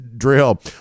drill